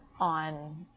on